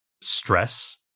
stress